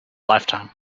lifetime